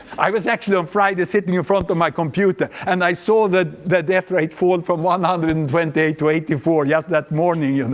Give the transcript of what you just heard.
i was actually, on friday, sitting in front of my computer, and i saw the the death rate fall from one hundred and twenty eight to eighty four just that morning. and